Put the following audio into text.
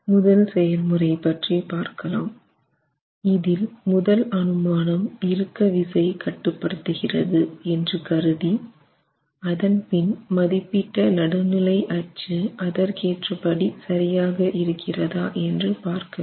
முதல் செயல்முறை பற்றி பார்க்கலாம் இதில் முதல் அனுமானம் இறுக்க விசை கட்டுபடுத்துகிறது என்று கருதி அதன்பின் மதிப்பிட்ட நடுநிலையச்சு அதற்கேற்றபடி சரியாக இருக்கிறதா என்று பார்க்கவேண்டும்